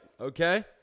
Okay